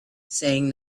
saying